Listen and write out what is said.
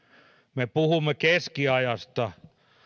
me puhumme keskiajasta